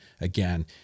again